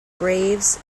braves